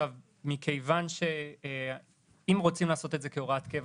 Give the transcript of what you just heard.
אם רוצים לעשות את זה כהוראת קבע,